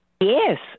Yes